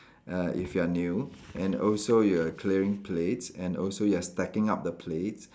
uh if you are new and also you are clearing plates and also you are stacking up the plates